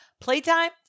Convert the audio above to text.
Playtime